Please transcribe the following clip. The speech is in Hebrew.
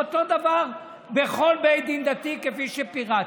אותו דבר בכל בית דין דתי, כפי שפירטתי.